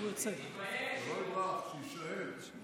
שלא יברח, שיישאר.